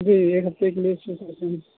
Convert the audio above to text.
جی ایک ہفتے کے لیے ایشو کرتے ہیں